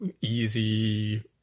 easy